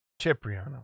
Cipriano